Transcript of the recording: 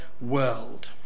world